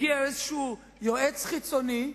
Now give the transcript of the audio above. הגיע איזשהו יועץ חיצוני.